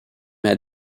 had